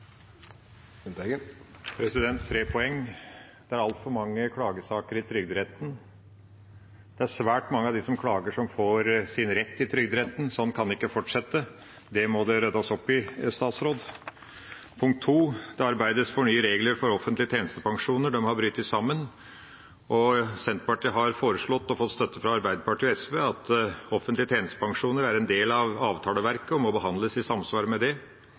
Lundteigen har hatt ordet to ganger tidligere og får ordet til en kort merknad, begrenset til 1 minutt. Tre poeng: Det er altfor mange klagesaker i trygderetten. Svært mange av dem som klager, får rett i trygderetten. Sånn kan det ikke fortsette. Det må det ryddes opp i. Poeng nr. 2: Det arbeides med nye regler for offentlige tjenestepensjoner. Det har brutt sammen. Senterpartiet har foreslått – og har fått støtte fra Arbeiderpartiet og SV – at offentlige tjenestepensjoner skal være en del av avtaleverket, og